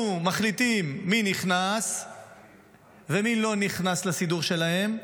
מחליטים מי נכנס ומי לא נכנס לסידור שלהם,